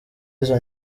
izo